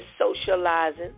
socializing